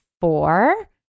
four